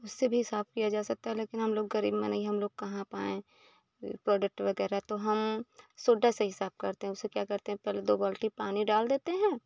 उससे भी साफ़ किया जा सकता है लेकिन हम लोग करेंगा नहीं हम लोग कहाँ पाए प्रोडक्ट वग़ैरह तो हम सोड्डा से ही साफ़ करते हैं उसे क्या करते हैं पहले दो बाल्टी पानी डाल देते हैं